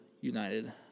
United